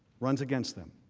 rents against them.